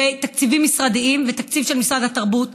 תקציבים משרדיים ותקציב של משרד התרבות.